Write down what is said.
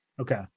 Okay